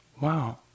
Wow